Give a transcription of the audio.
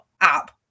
app